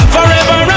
Forever